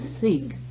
seek